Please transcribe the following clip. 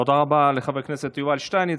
תודה רבה לחבר הכנסת יובל שטייניץ.